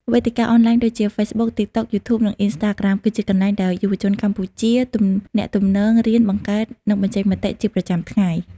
វេទិកាអនឡាញដូចជា Facebook, TikTok, YouTube និង Instagram គឺជាកន្លែងដែលយុវជនកម្ពុជាទំនាក់ទំនង រៀន បង្កើត និងបញ្ចេញមតិជាប្រចាំថ្ងៃ។